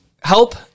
help